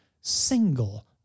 single